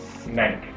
snake